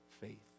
faith